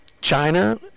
China